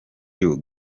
you